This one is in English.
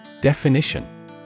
Definition